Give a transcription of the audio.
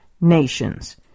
nations